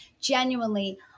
genuinely